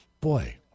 boy